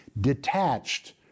detached